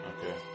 Okay